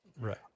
Right